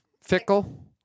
Fickle